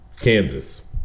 Kansas